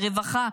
לרווחה,